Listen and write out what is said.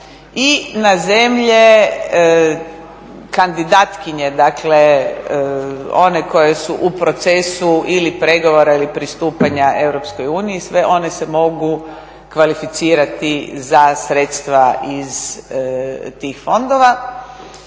i na zemlje kandidatkinje, dakle one koje su u procesu ili pregovora ili pristupanja EU, sve one se mogu kvalificirati za sredstva iz tih fondova.